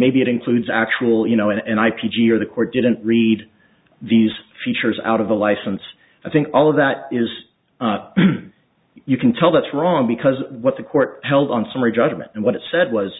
maybe it includes actual you know and i p g are the core didn't read these features out of the license i think all of that is you can tell that's wrong because what the court held on summary judgment and what it said was